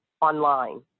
online